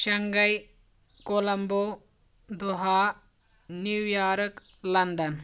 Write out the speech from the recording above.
Shanghai Colombo Doha New York London